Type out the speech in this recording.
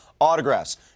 Autographs